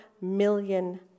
million